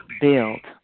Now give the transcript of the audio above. Build